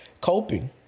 coping